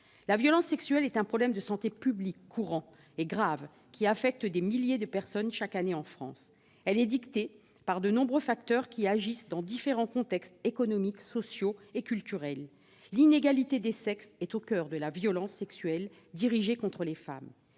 La violence sexuelle est un problème de santé publique courant et grave, qui affecte des milliers de personnes chaque année en France. Elle est dictée par de nombreux facteurs qui agissent dans différents contextes économiques, sociaux et culturels. L'inégalité des sexes est au coeur de la violence sexuelle dirigée contre les femmes,